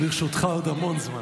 לרשותך עוד המון זמן.